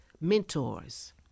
mentors